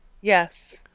yes